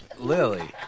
Lily